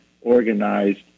organized